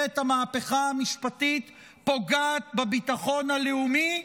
המהפכה המשפטית פוגעת בביטחון הלאומי,